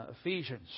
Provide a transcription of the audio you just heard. Ephesians